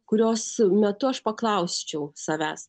kurios metu aš paklausčiau savęs